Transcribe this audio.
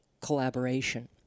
collaboration